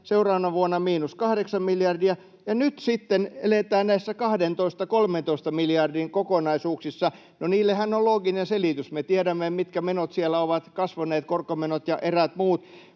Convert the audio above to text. seuraavana vuonna miinus 8 miljardia ja nyt sitten eletään näissä 12—13 miljardin kokonaisuuksissa. No, niillehän on looginen selitys: me tiedämme, mitkä menot siellä ovat kasvaneet — korkomenot ja eräät muut